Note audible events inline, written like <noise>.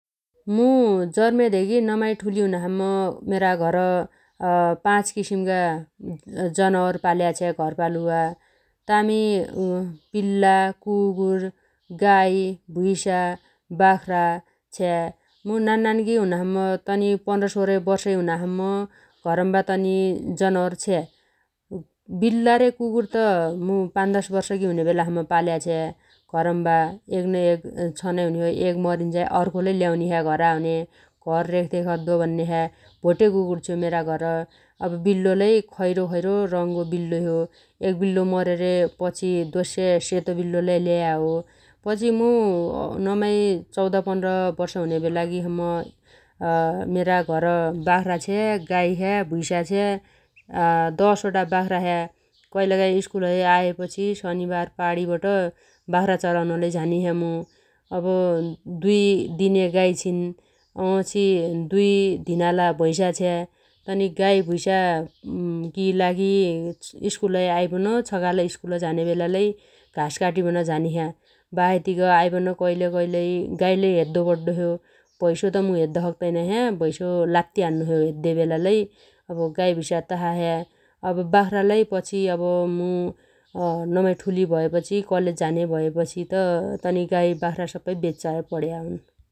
मु जर्मे धेगी नमाइ ठुली हुनासम्म मेरा घर <hesitation> पाँच किसिमका जनावर पाल्या छ्या घरपालुवा । तामी <hesitation> बिल्ला कुगुर गाइ भुइसा बाख्रा छ्या । मु नान्नान्गी हुनासम्म तनी पन्ध्र सोह्र बर्षै हुनासम्म घरम्बा तनी जनावर छ्या । <hesitation> बिल्ला रे कुगुर त मु पान दश वर्षगी हुनेबेलासम्म पाल्याछ्या घरम्बा । एग न एग छनाइ हुनिछ्यो । एक मरिन्झाइ अर्खो लै ल्याउन्या छ्या घरा हुन्या । घर रेखदेख अद्दो भन्ने छ्या । भोटे कुगुर छ्यो मेरा घर अब बिल्लो लै खैरो खैरो रङगो बिल्लो छ्यो । एग बिल्लो मर्यो रे पछि दोस्स्या सेतो बिल्लो लै ल्याया हो । पछि मु नमाइ चौद पन्ध्र वर्ष हुने बेलागी सम्म <hesitation> मेरा घर बाख्रा छ्या गाइ छ्या । भुइसा छ्या । <hesitation> दश वटा बाख्रा छ्या । कइल काइ स्कुल है आएपछि शनिबार पाणीबट बाख्रा चराउन लै झानिछ्या मु । अब दुइ दिन्या गाइ छिन् । वछी दुइ धिनाला भुइसा छ्या । तनी गाइ भुइसागी लागि स्कुलहै आइबन छगाल स्कुल झानेबेला लै घास काटिबन झानिछ्या । बासाइतिग आइबन कइल कैलै गाइ लै हेद्दो पड्डो छ्यो । भैसो त मु हद्द सक्तैन छ्या । भुइसो लात्ती हान्नोछ्यो हेद्दे बेला लै । अब गाइ भुइसा तासा छ्या । अब बाख्रा लै पछी अब मु नमाइ ठुली भएपछी कलेज झाने भएपछि त तनि गाइ बाख्रा सप्पै बेच्चा पण्या हुन् ।